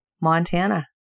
Montana